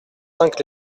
cinq